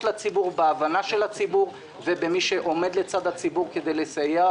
לציבור ובהבנה של הציבור ובמי שעומד לצד הציבור כדי לסייע